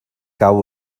cau